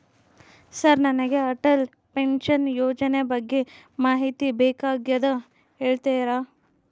Sir ನನಗೆ Atal pension ಯೋಜನೆ ಬಗ್ಗೆ ಮಾಹಿತಿ ಬೇಕಾಗ್ಯದ ಹೇಳ್ತೇರಾ?